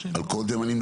על קודם אני אדבר,